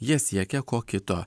jie siekia ko kito